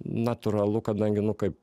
natūralu kadangi nu kaip